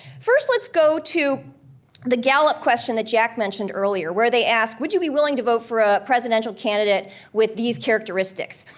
first let's go to the gallup question that jack mentioned earlier, where they asked, would you be willing to vote for a presidential candidate with these characteristics?